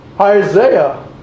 Isaiah